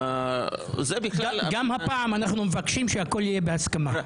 זה בכלל --- גם הפעם אנחנו מבקשים שהכול יהיה בהסכמה,